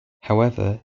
however